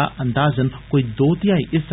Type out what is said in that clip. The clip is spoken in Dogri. अंदाजन काई दो तिहाई ऐ